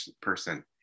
person